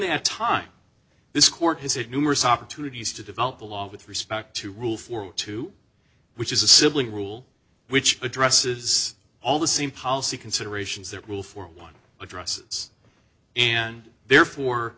that time this court has had numerous opportunities to develop the law with respect to rule for two which is a sibling rule which addresses all the same policy considerations that rule for one address and therefore